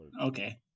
Okay